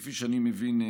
כפי שאני מבין,